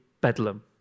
bedlam